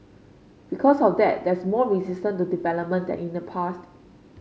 because of that there's more resistance to development than in the past